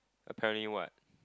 apparently what